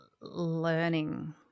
learning